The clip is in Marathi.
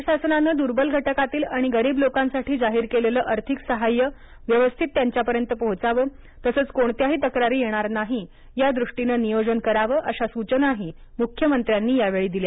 राज्य शासनानं दूर्बल घटकातील आणि गरीब लोकांसाठी जाहीर केलेलं आर्थिक सहाय्य व्यवस्थित त्यांच्यापर्यंत पोहोचावे तसेच कोणत्याही तक्रारी येणार नाही यादृष्टीनं नियोजन करावं अशा सूचनाही मुख्यमंत्र्यांनी यावेळी दिल्या